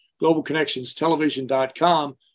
globalconnectionstelevision.com